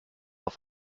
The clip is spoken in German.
auf